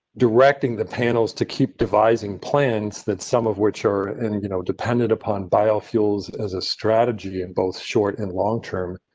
directing the panels to keep devising plans that some of which are and you know dependent upon bio as a strategy in both short and long term.